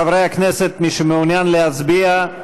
חברי הכנסת, מי שמעוניין להצביע,